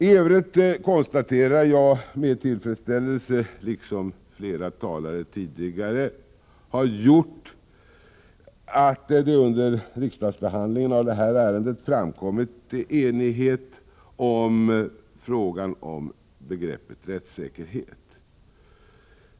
I övrigt konstaterar jag med tillfredsställelse, liksom flera talare tidigare gjort, att det under riksdagsbehandlingen av det här ärendet visat sig råda enighet i fråga om begreppet rättssäkerhet.